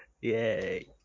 Yay